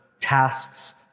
tasks